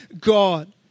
God